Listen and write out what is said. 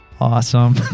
awesome